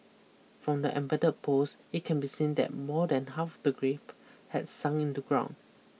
from the embed post it can be seen that more than half the grave had sunk into ground